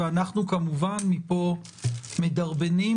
ואנחנו כמובן מפה מדרבנים